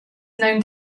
known